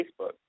Facebook